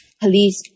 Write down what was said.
police